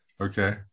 okay